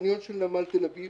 בחניון של נמל תל אביב